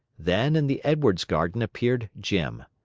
then in the edwards garden appeared jim.